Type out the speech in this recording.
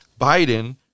Biden